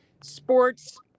sports